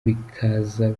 bikaza